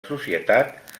societat